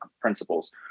principles